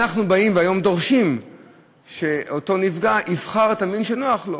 אנחנו באים היום ודורשים שאותו נפגע יבחר את המין שנוח לו.